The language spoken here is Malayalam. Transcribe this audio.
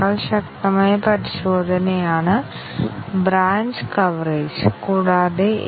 അതിനാൽ ഈ അവസ്ഥയ്ക്കുള്ള മൂല്യങ്ങളുടെ എണ്ണം 2 മുതൽ n വരെയാണ്